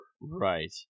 Right